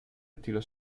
estilo